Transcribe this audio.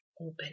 open